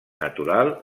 natural